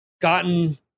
gotten